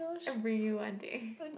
I bring you one day